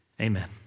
amen